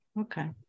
Okay